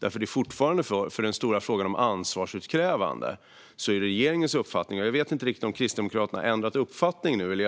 När det gäller den stora frågan om ansvarsutkrävande står regeringens uppfattning fortfarande kvar. Jag vet inte riktigt om Kristdemokraterna har ändrat uppfattning nu.